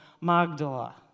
Magdala